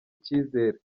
icyizere